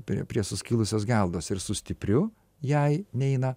prie prie suskilusios geldos ir su stipriu jai neina